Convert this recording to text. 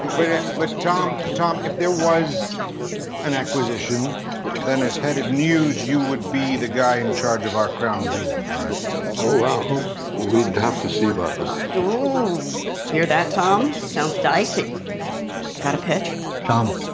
but tom tom if there was an acquisition then as head of news you would be the guy in charge of our crown jewels right oh well we'd have to see about that. you hear that tom sounds dicey got a pitch tom